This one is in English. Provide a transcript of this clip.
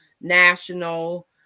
national